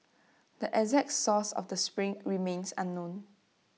the exact source of the spring remains unknown